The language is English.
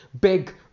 big